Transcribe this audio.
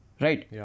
Right